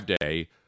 Day